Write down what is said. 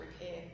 repair